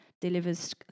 delivers